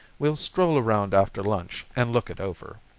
we'll stroll around after lunch and look it over.